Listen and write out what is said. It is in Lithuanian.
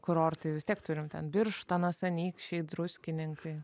kurortai vis tiek turim ten birštonas anykščiai druskininkai